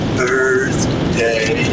birthday